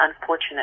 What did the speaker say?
unfortunate